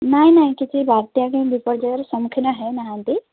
ନାଇଁ ନାଇଁ କିଛି ବାତ୍ୟା ପାଇଁ ବିପର୍ଯ୍ୟୟର ସମ୍ମୁଖୀନ ହେଇ ନାହାଁନ୍ତି